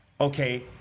Okay